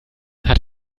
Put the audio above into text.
hat